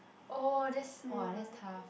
oh that's !wah! that's tough